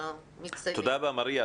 תודה רבה מריה.